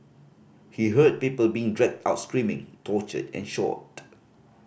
he heard people being dragged out screaming tortured and shot